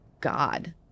God